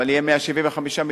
אבל יהיו 175 מיליון,